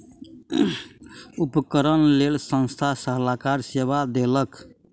उपकरणक लेल संस्थान सलाहकार सेवा देलक